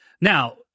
Now-